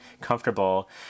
comfortable